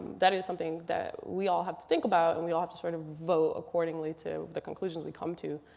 that is something that we all have to think about. and we all have to sort of vote accordingly to the conclusions we come to.